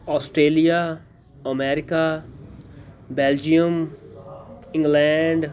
Australia America Belgium England